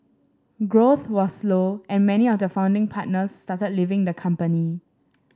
growth was slow and many of the founding partners started leaving the company